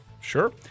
sure